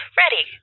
ready